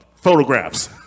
photographs